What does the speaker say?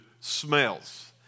smells